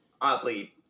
oddly